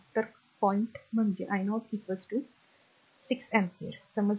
तर point म्हणजे i 0 r 6 ampere समजले